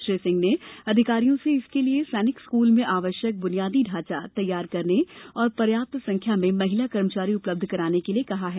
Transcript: श्री सिंह ने अधिकारियों से इस के लिए सैनिक स्कूल में आवश्ययक बुनियादी ढांचा तैयार करने और पर्याप्त संख्या में महिला कर्मचारी उपलब्ध कराने के लिए कहा है